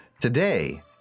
Today